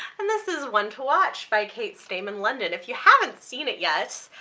and this is one to watch by kate stayman london. if you haven't seen it yet,